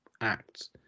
acts